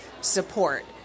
support